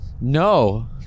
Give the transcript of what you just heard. No